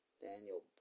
Daniel